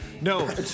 No